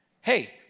hey